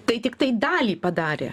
tai tiktai dalį padarė